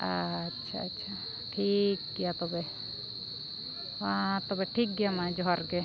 ᱟᱪᱪᱷᱟ ᱟᱪᱪᱷᱟ ᱴᱷᱤᱠ ᱜᱮᱭᱟ ᱛᱚᱵᱮ ᱢᱟ ᱛᱚᱵᱮ ᱴᱷᱤᱠ ᱜᱮᱭᱟ ᱢᱟ ᱡᱚᱦᱟᱨ ᱜᱮ